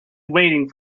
waiting